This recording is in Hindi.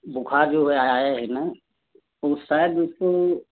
बुखार जो आया है ना उस टाइम उसको